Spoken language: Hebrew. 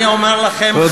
אני אומר לכם, תודה.